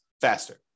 faster